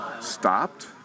stopped